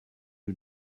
you